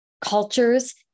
cultures